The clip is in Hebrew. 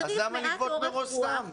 אז למה לגבות ממנו סתם?